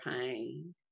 pain